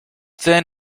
thin